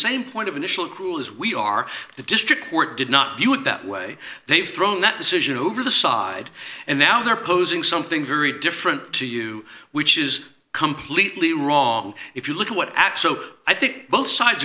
same point of initial crew as we are the district court did not view it that way they've thrown that decision over the side and now they're posing something very different to you which is completely wrong if you look at what actually i think both sides